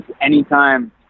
anytime